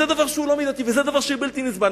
זה דבר שהוא לא מידתי, זה דבר שהוא בלתי נסבל.